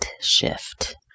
shift